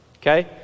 okay